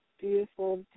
beautiful